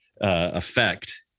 effect